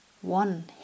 one